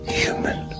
human